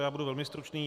Já budu velmi stručný.